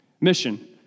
Mission